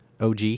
OG